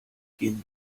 gehn